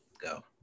Go